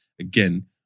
again